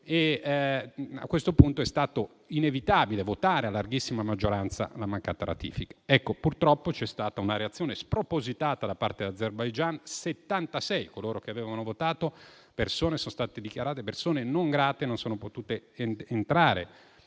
A questo punto è stato inevitabile votare a larghissima maggioranza la mancata ratifica. Purtroppo c'è stata una reazione spropositata da parte dell'Azerbaijan: le 76 persone che avevano votato sono state dichiarate persone non grate e non sono potute entrare